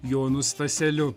jonu staseliu